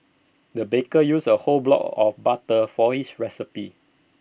the baker used A whole block of butter for his recipe